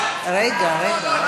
רגע, רגע.